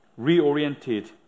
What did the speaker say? reoriented